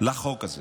החוק הזה